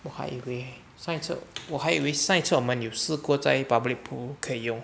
我还以为上一次我还以为上一次我们有试过在 public pool 可以用